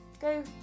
go